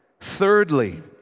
Thirdly